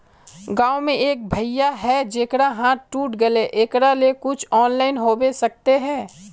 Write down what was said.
गाँव में एक भैया है जेकरा हाथ टूट गले एकरा ले कुछ ऑनलाइन होबे सकते है?